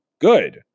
Good